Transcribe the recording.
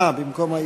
במקום עאידה.